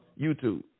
YouTube